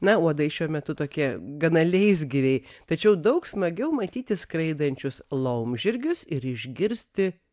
na uodai šiuo metu tokie gana leisgyviai tačiau daug smagiau matyti skraidančius laumžirgius ir išgirsti